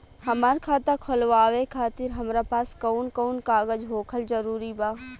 हमार खाता खोलवावे खातिर हमरा पास कऊन कऊन कागज होखल जरूरी बा?